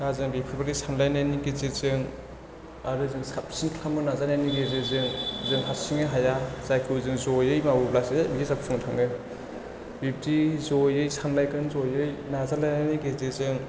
दा जों बेफोरबायदि सानलायनायनि गेजेरजों आरो जों साबसिन खालामनो नाजानायनि गेजेरजों जों हारसिङै हाया जायखौ जों ज'यै मावोब्लासो बे जाफुंनो थाङो बिब्दि ज'यै सानलायगोन ज'यै नाजालायनायनि गेजेरजों